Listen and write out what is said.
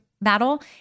battle